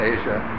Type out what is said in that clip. Asia